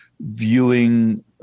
viewing